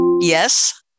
Yes